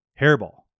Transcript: Hairball